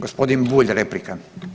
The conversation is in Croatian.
Gospodin Bulj replika.